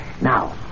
now